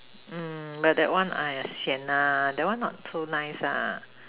mm but that one !aiya! Sian ah that one not so nice ah